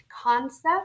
concept